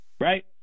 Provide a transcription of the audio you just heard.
right